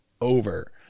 over